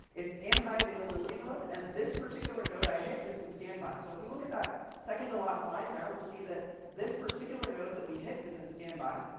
it's in high-availability mode, and this particular node i hit is in standby. so if we look at that second to last line there, we'll see that this particular node that we hit is in standby.